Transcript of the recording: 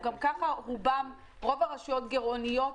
גם ככה רוב הרשויות גירעוניות.